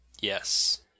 Yes